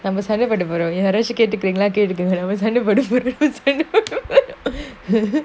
நாங்கசண்டைபோடபோறோம்யாராச்சும்கேட்டுக்குறீங்களாகேட்டுக்கோங்கநாங்கசண்டபோடபோறோம்:nanga sanda poda porom yarachum ketukurengala ketukonga nanga sanda poda porom